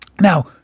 Now